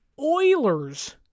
Oilers